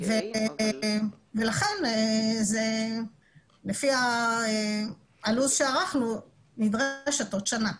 לכן לפי לוח הזמנים שערכנו נדרשת עוד שנה.